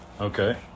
Okay